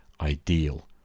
ideal